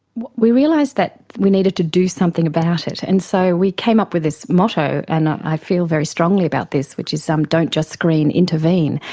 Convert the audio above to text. we realised that we needed to do something about it and so we came up with this motto and i feel very strongly about this which is um don't just screen, intervene'.